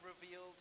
revealed